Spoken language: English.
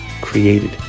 created